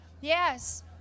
Yes